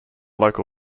local